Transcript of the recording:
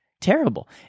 terrible